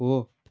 हो